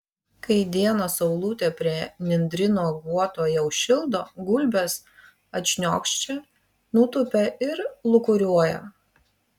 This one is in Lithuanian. kai dieną saulutė prie nendryno guoto jau šildo gulbės atšniokščia nutūpia ir lūkuriuoja